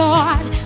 Lord